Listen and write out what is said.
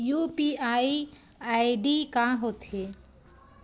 UPI ID का होथे?